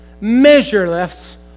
measureless